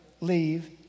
leave